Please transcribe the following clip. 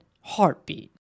heartbeat